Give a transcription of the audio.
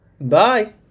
Bye